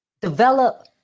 develop